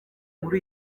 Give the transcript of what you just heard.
nkuru